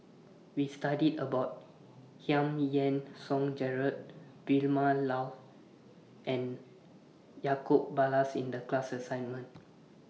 We studied about Giam Yean Song Gerald Vilma Laus and Ballas in The class assignment